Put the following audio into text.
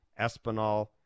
Espinal